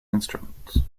instruments